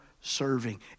serving